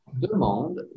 Demande